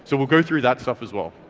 so we'll go through that stuff as well.